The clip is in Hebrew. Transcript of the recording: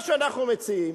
מה שאנחנו מציעים